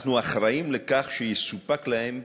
אנחנו אחראים לכך שיסופק להם